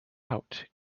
out